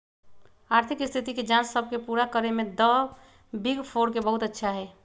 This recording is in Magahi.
आर्थिक स्थिति के जांच सब के पूरा करे में द बिग फोर के बहुत अच्छा हई